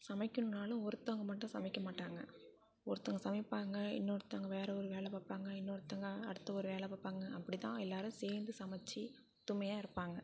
சமைக்கணுன்னாலும் ஒருத்தவங்க மட்டும் சமைக்க மாட்டாங்க ஒருத்தவங்க சமைப்பாங்க இன்னொருத்தவங்க வேறு ஒரு வேலை பார்ப்பாங்க இன்னொருத்தவங்க அடுத்த ஒரு வேலை பார்ப்பாங்க அப்டி தான் எல்லாரும் சேர்ந்து சமைச்சி ஒத்துமையாக இருப்பாங்க